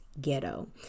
ghetto